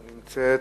לא נמצאת.